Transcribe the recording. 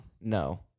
No